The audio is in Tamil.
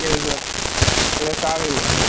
சரி சார் எது காவேரி மண்ணா சார்